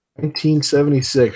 1976